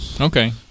Okay